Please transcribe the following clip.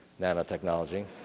nanotechnology